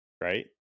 right